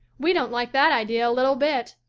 we don't like that idea a little bit,